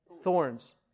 Thorns